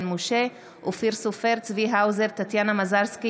שר אוצר,